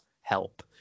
help